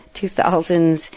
2000s